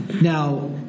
Now